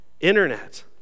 Internet